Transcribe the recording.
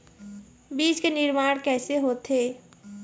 बीज के निर्माण कैसे होथे?